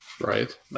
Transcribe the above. Right